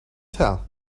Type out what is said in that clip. tell